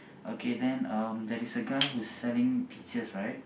okay then um there is a guy who's selling peaches right